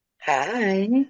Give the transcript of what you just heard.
Hi